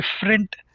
different